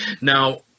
now